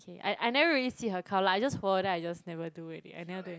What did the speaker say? okay I I never really see her account lah I just follow then I just never do already I never do any